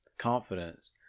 confidence